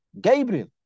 Gabriel